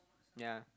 ya